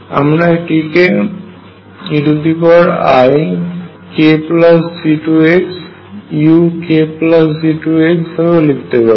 আমরা এটিকে eikG2xukG2 ভবেও লিখত পারি